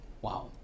Wow